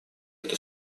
кто